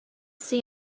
see